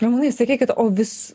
ramūnai sakykit o vis